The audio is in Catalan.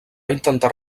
intentar